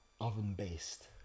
oven-based